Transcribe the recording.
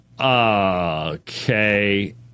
okay